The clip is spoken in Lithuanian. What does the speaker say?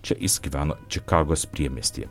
čia jis gyveno čikagos priemiestyje